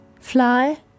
Fly